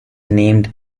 named